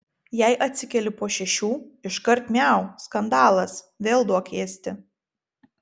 jei atsikeli po šešių iškart miau skandalas vėl duok ėsti